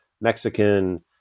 Mexican